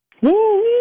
Woo